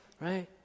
right